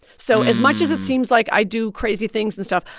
so as much as it seems like i do crazy things and stuff,